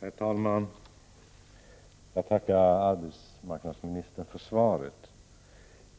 Herr talman! Jag tackar arbetsmarknadsministern för svaret.